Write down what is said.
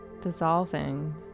dissolving